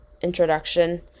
introduction